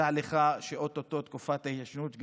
תדע לך שאו-טו-טו תקופת ההתיישנות,